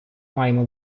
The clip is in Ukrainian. маємо